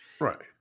Right